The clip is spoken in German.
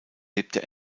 lebte